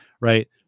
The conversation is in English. right